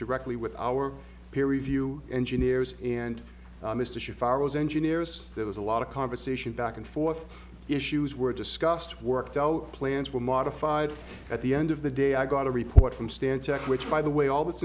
directly with our peer review engineers and mr should fire those engineers there was a lot of conversation back and forth issues were discussed worked out plans were modified at the end of the day i got a report from stan tech which by the way all this